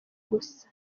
gusa